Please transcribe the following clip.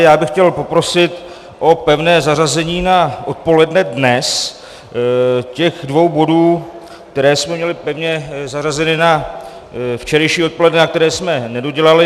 Já bych chtěl poprosit o pevné zařazení na odpoledne dnes těch dvou bodů, které jsme měli pevně zařazeny na včerejší odpoledne a které jsme nedodělali.